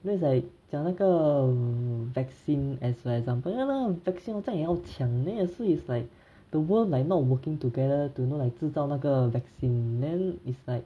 then it's like 讲那个 vaccine as like an example ya lah vaccine 这样也要枪 then 也是 like the world like not working together to know 制造那个 vaccine then is like